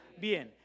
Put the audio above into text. bien